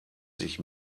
sich